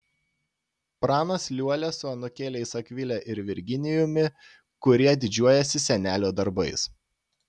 pranas liuolia su anūkėliais akvile ir virginijumi kurie didžiuojasi senelio darbais